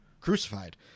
crucified